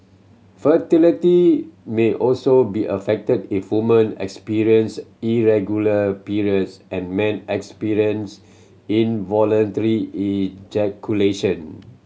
fertility may also be affected if woman experience irregular periods and men experience involuntary ejaculation